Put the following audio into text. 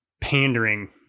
pandering